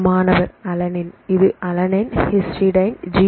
மாணவர் அலனின் இது அலனைன் ஹிஸ்டைடின் ஜி